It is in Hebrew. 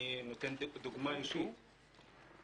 אני נותן דוגמה אישית.